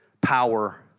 power